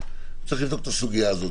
צריך לבדוק את הסוגיה הזאת.